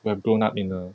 to have grown up in a